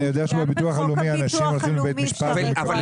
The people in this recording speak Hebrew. אני יודע שבביטוח הלאומי אנשים הולכים לבית משפט --- אבל